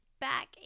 back